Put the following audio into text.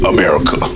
America